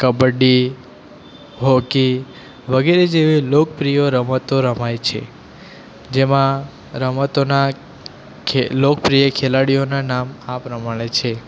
kabaddi hockey વગેરે જેવી લોકપ્રિય રમતો રમાય છે જેમાં રમતોના ખે લોકપ્રિય ખેલાડીઓના નામ આ પ્રમાણે છે